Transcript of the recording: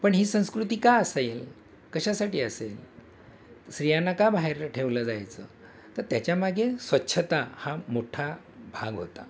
पण ही संस्कृती का असेल कशासाठी असेल स्त्रियांना का बाहेर ठेवलं जायचं तर त्याच्यामागे स्वच्छता हा मोठा भाग होता